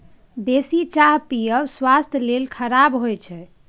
बेसी चाह पीयब स्वास्थ्य लेल खराप होइ छै